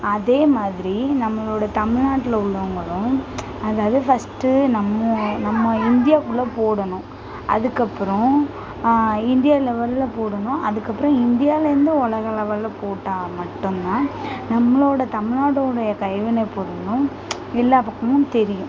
அதேமாதிரி நம்மளோட தமிழ்நாட்ல உள்ளவங்களும் அதாவது ஃபஸ்ட்டு நம்ம நம்ம இந்தியாவுக்குள்ள போடணும் அதுக்கப்புறம் இந்தியா லெவலில் போடணும் அதுக்கப்புறம் இந்தியாவிலேருந்து உலக லெவலில் போட்டால் மட்டும் தான் நம்மளோட தமிழ்நாட்டோடய கைவினை பொருளும் எல்லா பக்கமும் தெரியும்